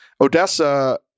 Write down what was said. Odessa